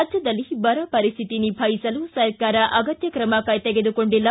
ರಾಜ್ಯದಲ್ಲಿ ಬರಪರಿಸ್ವಿತಿ ನಿಭಾಯಿಸಲು ಸರ್ಕಾರ ಅಗತ್ಯ ಕ್ರಮ ತೆಗೆದುಕೊಂಡಿಲ್ಲ